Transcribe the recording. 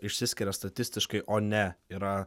išsiskiria statistiškai o ne yra